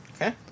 Okay